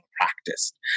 practiced